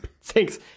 Thanks